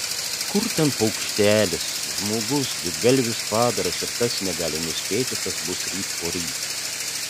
kur ten paukštelis žmogus didgalvis padaras ir tas negali nuspėti kas bus ryt poryt